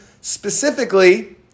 specifically